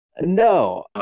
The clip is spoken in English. No